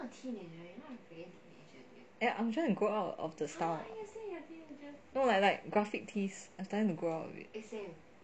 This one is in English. yeah I'm trying to grow out of the style no like like graphic tees I'm starting to grow out of it